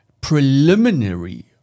preliminary